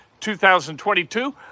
2022